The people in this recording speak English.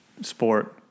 sport